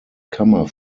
kammer